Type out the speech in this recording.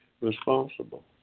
responsible